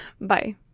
Bye